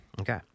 Okay